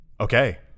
Okay